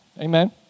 Amen